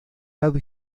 lado